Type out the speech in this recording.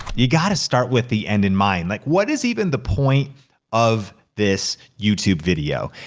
you gotta start with the end in mind. like, what is even the point of this youtube video?